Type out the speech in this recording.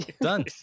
Done